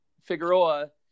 Figueroa